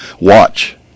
Watch